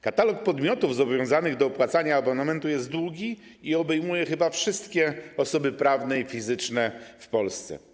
Katalog podmiotów zobowiązanych do opłacania abonamentu jest długi i obejmuje chyba wszystkie osoby prawne i fizyczne w Polsce.